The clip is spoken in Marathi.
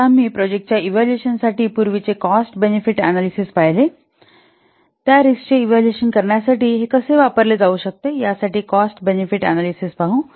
आता आम्ही प्रोजेक्टच्या इव्हॅल्युएशनसाठी पूर्वीचे कॉस्ट बेनिफिट अनालिसिस पाहिले आहे त्या रिस्कचे इव्हॅल्युएशन करण्यासाठी हे कसे वापरले जाऊ शकते यासाठी कॉस्ट बेनिफिट अनालिसिस पाहू